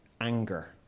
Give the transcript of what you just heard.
Anger